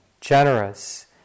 generous